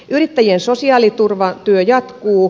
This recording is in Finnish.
yrittäjien sosiaaliturvatyö jatkuu